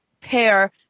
pair